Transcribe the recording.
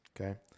okay